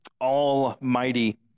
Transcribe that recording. almighty